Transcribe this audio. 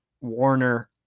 Warner